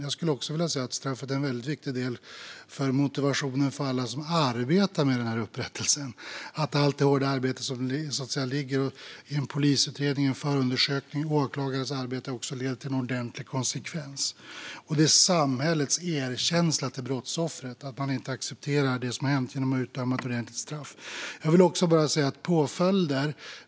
Jag skulle också vilja säga att straffet är en viktig del för motivationen för alla som arbetar med upprättelsen. Det handlar om att allt det hårda arbete som ligger i en polisutredning, en förundersökning och en åklagares arbete också ska leda till en ordentlig konsekvens. Att utdöma ett ordentligt straff är samhällets erkänsla till brottsoffret att man inte accepterar det som har hänt.